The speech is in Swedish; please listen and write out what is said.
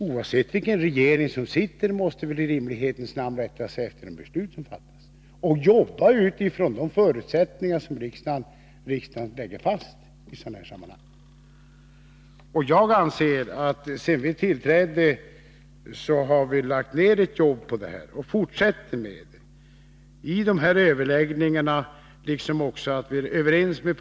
Oavsett vilket parti som har regeringsmakten måste regeringen i rimlighetens namn rätta sig efter de beslut som fattas och arbeta utifrån de förutsättningar som riksdagen lägger fast i dessa sammanhang. Sedan vi tillträdde har vi lagt ned en hel del arbete på detta, t.ex. i de aktuella överläggningarna, och det fortsätter vi med.